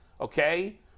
okay